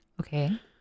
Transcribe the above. okay